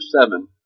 seven